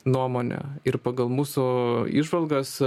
nuomonę ir pagal mūsų įžvalgas